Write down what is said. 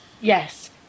Yes